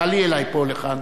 תעלי אלי לכאן.